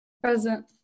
present